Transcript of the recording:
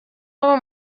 abo